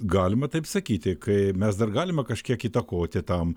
galima taip sakyti kai mes dar galime kažkiek įtakoti tam